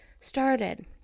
started